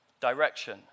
direction